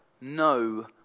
no